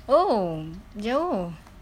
oh jauh